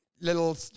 little